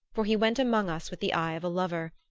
for he went among us with the eye of a lover,